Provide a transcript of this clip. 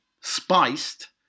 spiced